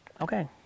okay